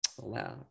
wow